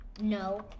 No